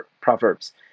Proverbs